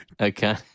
Okay